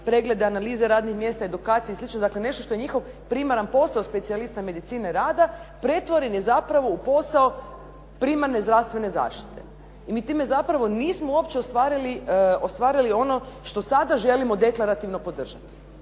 pregled analize radnih mjesta i edukacije i sl. nešto što je njihov primaran posao specijaliste medicine rada pretvoren je zapravo u posao primarne zdravstvene zaštite. Mi time zapravo nismo uopće ostvarili ono što sada želimo deklarativno podržati.